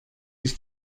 his